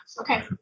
Okay